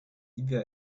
either